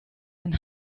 ein